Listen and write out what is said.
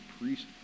priest